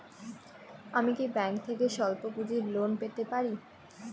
আমি কি ব্যাংক থেকে স্বল্প পুঁজির লোন পেতে পারি?